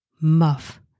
muff